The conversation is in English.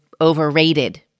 overrated